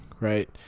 right